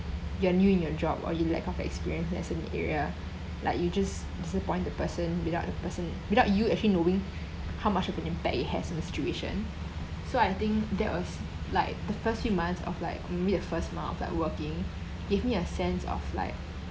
you're new in your job or you lack of experience that's in the area like you just disappoint the person without the person without you actually knowing how much of an impact it has on the situation so I think that was like the first few months of like maybe the first month of like working gave me a sense of like